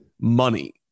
money